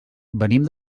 venim